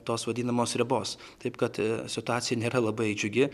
tos vadinamos ribos taip kad situacija nėra labai džiugi